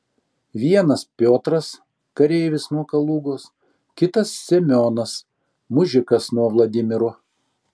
vienas piotras kareivis nuo kalugos kitas semionas mužikas nuo vladimiro